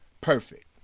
perfect